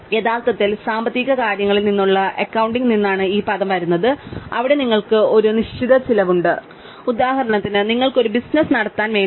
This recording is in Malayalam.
യഥാർത്ഥത്തിൽ സാമ്പത്തിക കാര്യങ്ങളിൽ നിന്നുള്ള അക്കൌണ്ടിങ്ങിൽ നിന്നാണ് ഈ പദം വരുന്നത് അവിടെ നിങ്ങൾക്ക് ഒരു നിശ്ചിത ചിലവ് ഉണ്ട് ഉദാഹരണത്തിന് നിങ്ങൾക്ക് ഒരു ബിസിനസ്സ് നടത്താൻ വേണ്ടി